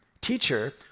Teacher